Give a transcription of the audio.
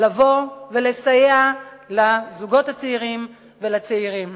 לבוא ולסייע לזוגות הצעירים ולצעירים.